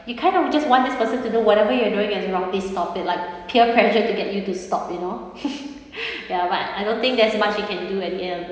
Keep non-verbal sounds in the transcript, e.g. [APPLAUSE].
you kind of just want this person to know whatever you're doing is wrong please stop like peer pressure to get you to stop you know [LAUGHS] ya but I don't think there's much you can do at the end of the